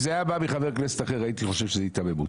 אם זה היה בא מחבר כנסת אחר הייתי חושב שזו היתממות.